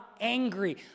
angry